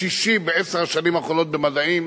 השישי בעשר השנים האחרונות במדעים.